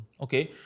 okay